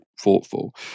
thoughtful